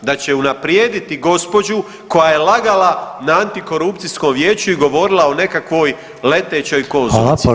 Da će unaprijediti gospođu koja je lagala na Antikorupcijskom vijeću i govorila o nekakvoj letećoj konzulici.